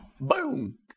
boom